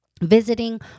visiting